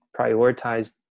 prioritize